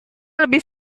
lebih